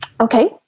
Okay